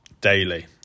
daily